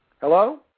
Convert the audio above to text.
Hello